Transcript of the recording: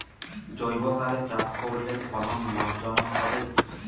জৈবসারে চাষ করলে ফলন লাভজনক হবে?